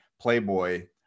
playboy